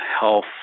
health